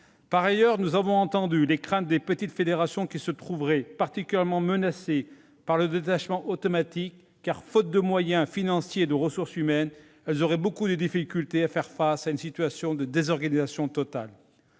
Par ailleurs, nous avons entendu les craintes des petites fédérations, qui se trouveraient particulièrement menacées par le détachement automatique. Faute de moyens financiers et de ressources humaines, elles auraient effectivement beaucoup de difficultés à faire face à une situation de désorganisation totale.